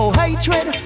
hatred